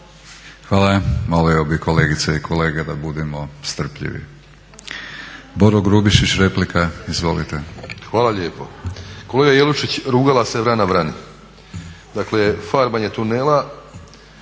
Hvala. Molio bih kolegice i kolege da budemo strpljivi. Boro Grubišić, replika. Izvolite. **Grubišić, Boro (HDSSB)** Hvala lijepa. Kolega Jelušić rugala se vrana vrani. Dakle, farbanje tunela